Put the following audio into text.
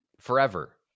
forever